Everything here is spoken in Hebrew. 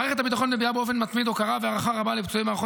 מערכת הביטחון מביעה באופן מתמיד הוקרה והערכה רבה לפצועי מערכות